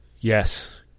Yes